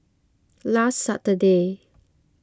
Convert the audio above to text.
last Saturday